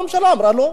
הממשלה אמרה לא.